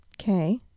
Okay